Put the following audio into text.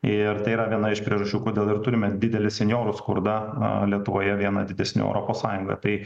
ir tai yra viena iš priežasčių kodėl ir turime didelį senjorų skurdą lietuvoje vieną didesnių europos sąjungoje tai